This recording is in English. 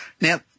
Now